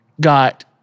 got